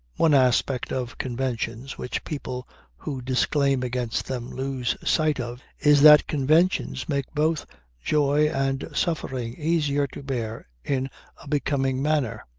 one aspect of conventions which people who declaim against them lose sight of is that conventions make both joy and suffering easier to bear in a becoming manner.